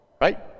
Right